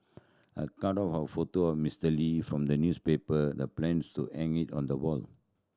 her cut out a photo of Mister Lee from the newspaper the plans to hang it on the wall